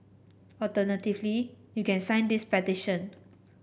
alternatively you can sign this petition